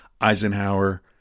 Eisenhower